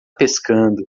pescando